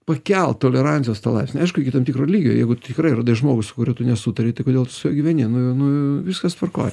pakelt tolerancijos tą laipsnį aišku iki tam tikro lygio jeigu tikrai radai žmogų su kuriuo tu nesutari tai kodėl tu su juo gyveni nu nu viskas tvarkoj